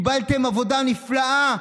קיבלתם עבודה נפלאה,